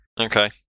Okay